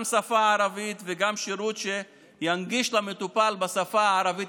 גם שפה ערבית וגם שירות שינגיש למטופל בשפה הערבית